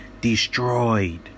destroyed